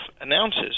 announces